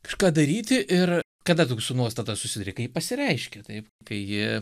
kažką daryti ir kada tu su nuostata susiduri kai ji pasireiškia taip kai ji